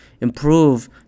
improve